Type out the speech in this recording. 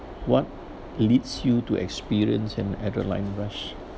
what leads you to experience an adrenaline rush